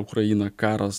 ukraina karas